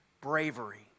bravery